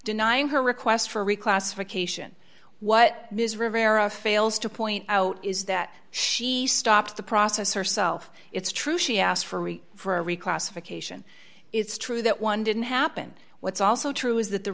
denying her request for reclassification what ms rivera fails to point out is that she stopped the process herself it's true she asked for for a reclassification it's true that one didn't happen what's also true is that the